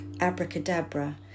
abracadabra